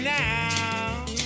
now